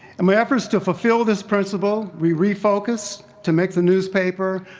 and my efforts to fulfill this principle, we refocused to make the newspaper,